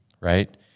right